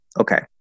Okay